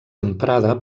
emprada